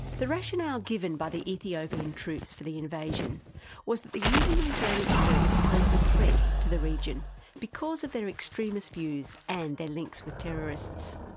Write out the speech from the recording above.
the rationale given by the ethiopian troops for the invasion was that the union of islamic courts posed a threat to the region because their extremist views and their links with terrorists.